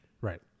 right